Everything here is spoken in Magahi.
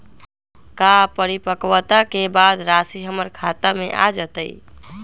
का परिपक्वता के बाद राशि हमर खाता में आ जतई?